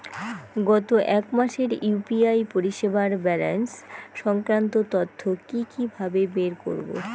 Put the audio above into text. গত এক মাসের ইউ.পি.আই পরিষেবার ব্যালান্স সংক্রান্ত তথ্য কি কিভাবে বের করব?